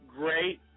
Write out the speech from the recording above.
great